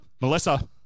Melissa